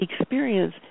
experience